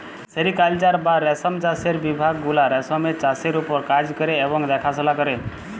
sericulture বা রেশম চাষের বিভাগ গুলা রেশমের চাষের উপর কাজ ক্যরে এবং দ্যাখাশলা ক্যরে